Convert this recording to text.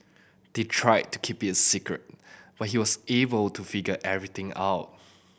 they tried to keep it a secret but he was able to figure everything out